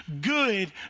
good